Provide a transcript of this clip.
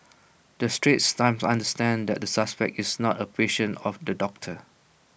the straits times understands that the suspect is not A patient of the doctor